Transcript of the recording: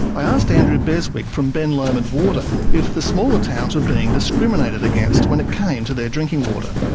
i asked andrew beswick from ben lomond water if the smaller towns were being discriminated against when it came to their drinking water.